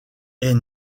est